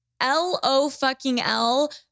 L-O-fucking-L